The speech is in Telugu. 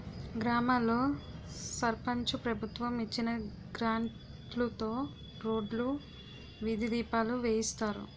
గ్రామాల్లో సర్పంచు ప్రభుత్వం ఇచ్చిన గ్రాంట్లుతో రోడ్లు, వీధి దీపాలు వేయిస్తారు